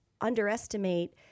underestimate